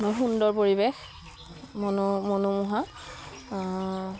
বৰ সুন্দৰ পৰিৱেশ মনোমোহা